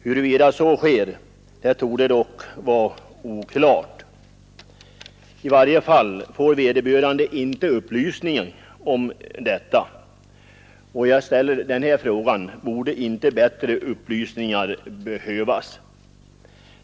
Huruvida så sker torde dock vara oklart. I varje fall får vederbörande inte upplysning om detta, och jag ställer därför frågan: Skulle inte bättre upplysning behövas?